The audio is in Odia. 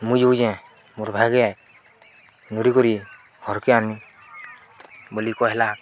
ମୁଁ ଯେଉଁ ଯେ ମୋର୍ ଭାଗେ ନଡ଼ି କରି ଘର୍କେ ଆନି ବୋଲି କହ ହେଲା